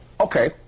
Okay